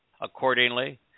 Accordingly